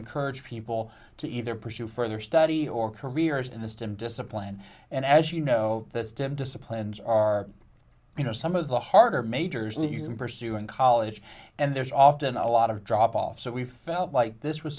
encourage people to either pursue further study or careers in the system discipline and as you know those dim disciplines are you know some of the harder majors that you can pursue in college and there's often a lot of drop off so we felt like this was